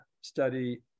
study